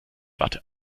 watte